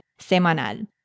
semanal